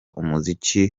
umuziki